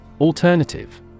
Alternative